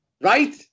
Right